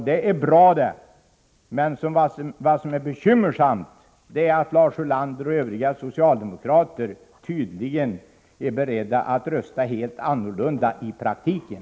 Det är bra, men vad som är bekymmersamt är att Lars Ulander och övriga socialdemokrater tydligen är beredda att rösta helt annorlunda i praktiken.